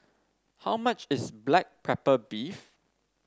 how much is Black Pepper Beef